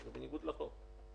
זה בניגוד לחוק.